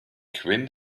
quinn